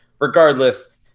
regardless